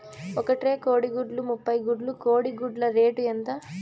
ఒక ట్రే కోడిగుడ్లు ముప్పై గుడ్లు కోడి గుడ్ల రేటు ఎంత?